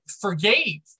forgave